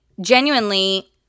genuinely